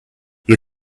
you